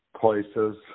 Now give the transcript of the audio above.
places